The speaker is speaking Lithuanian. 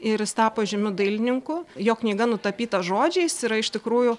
ir jis tapo žymiu dailininku jo knyga nutapyta žodžiais yra iš tikrųjų